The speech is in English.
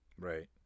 Right